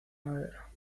madera